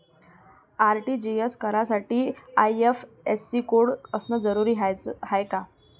RTGS करासाठी IFSC code असनं जरुरीच हाय का?